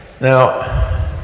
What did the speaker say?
Now